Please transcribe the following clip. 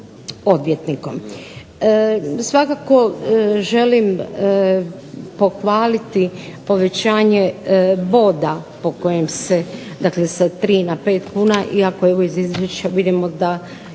Svakako želim pohvaliti povećanje boda po kojim se sa 3 na 5 kuna, iako iz izvješća vidimo da